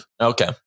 Okay